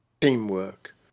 teamwork